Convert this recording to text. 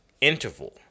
Interval